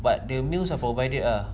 but the meals are provided ah